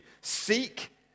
Seek